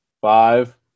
five